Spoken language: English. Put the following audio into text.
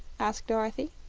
asked dorothy.